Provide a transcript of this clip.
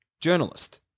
journalist